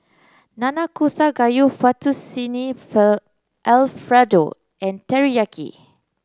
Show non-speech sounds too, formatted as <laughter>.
Nanakusa Gayu Fettuccine <unintelligible> Alfredo and Teriyaki